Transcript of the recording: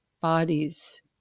bodies